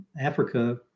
Africa